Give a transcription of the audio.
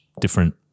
different